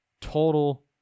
Total